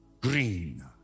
Green